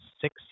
six